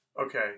Okay